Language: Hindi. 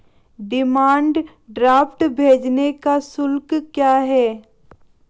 डिमांड ड्राफ्ट भेजने का शुल्क क्या है?